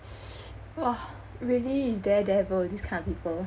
!wah! really is daredevil this kind of people